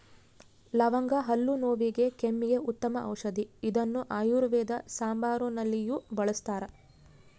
ಲವಂಗ ಹಲ್ಲು ನೋವಿಗೆ ಕೆಮ್ಮಿಗೆ ಉತ್ತಮ ಔಷದಿ ಇದನ್ನು ಆಯುರ್ವೇದ ಸಾಂಬಾರುನಲ್ಲಿಯೂ ಬಳಸ್ತಾರ